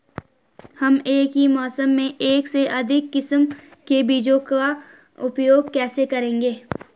हम एक ही मौसम में एक से अधिक किस्म के बीजों का उपयोग कैसे करेंगे?